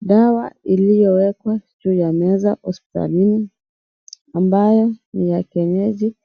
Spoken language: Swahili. Dawa iliyowekwa juu ya meza hospitalini, ambayo ni ya kienyeji,